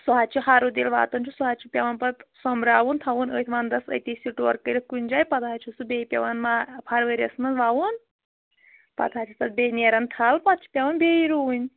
سُہ حظ چھُ ہَرُد ییٚلہِ واتان چھُ سُہ حظ چھُ پیٚوان پَتہٕ سوٚمبراوُن تھاوُن أتھۍ وَنٛدس أتی سِٹوٗر کٔرِتھ کُنہِ جایہِ پگاہ حظ چھُ سُہ بیٚیہِ پیٚوان مار فروری یَس منٛز وَوُن پَتہٕ حظ چھِ تَتھ بیٚیہِ نیٚران تھَل پَتہٕ چھُ پیٚوان بیٚیہِ رُوٕنۍ